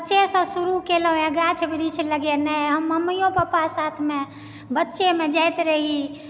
बच्चेसऽ शुरू केलौं ए गाछ वृक्ष लगेनाय हम मम्मीयो पापा साथमे बच्चेमे जाइत रही